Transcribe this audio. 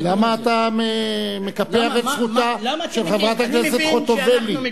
למה אתה מקפח את זכותה של חברת הכנסת חוטובלי?